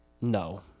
No